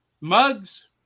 mugs